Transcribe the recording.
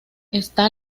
está